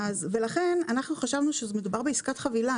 לכן חשבנו שמדובר בעסקת חבילה.